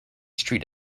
street